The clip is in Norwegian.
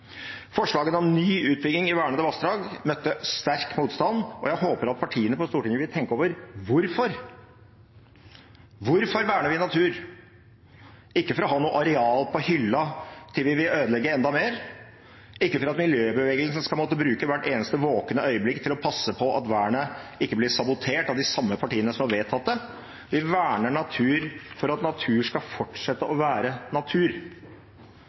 Forslagene om ny utbygging i vernede vassdrag møtte sterk motstand, og jeg håper at partiene på Stortinget vil tenke over hvorfor. Hvorfor verner vi natur? Det er ikke for å ha noe areal på hylla til vi vil ødelegge enda mer, ikke for at miljøbevegelsen skal måtte bruke hvert eneste våkne øyeblikk til å passe på at vernet ikke blir sabotert av de samme partiene som har vedtatt det. Vi verner natur for at natur skal fortsette å være natur.